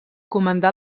comandà